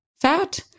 fat